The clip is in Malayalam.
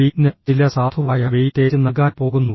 V ന് ചില സാധുവായ വെയിറ്റേജ് നൽകാൻ പോകുന്നു